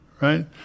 right